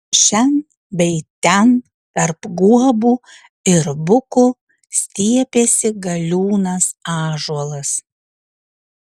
šen bei ten tarp guobų ir bukų stiepėsi galiūnas ąžuolas